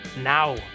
Now